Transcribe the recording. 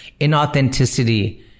inauthenticity